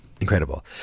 incredible